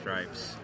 stripes